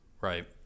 Right